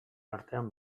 artean